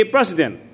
President